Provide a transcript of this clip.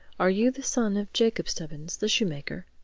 are you the son of jacob stubbins, the shoemaker?